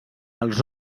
els